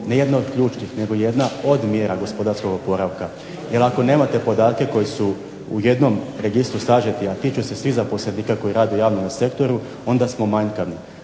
ne jedna od ključnih nego jedna od mjera gospodarskog oporavka. Jer ako nemate podatke koji su u jednom registru sažeti, a tiču se svih zaposlenika koji rade u javnome sektoru onda smo manjkavi.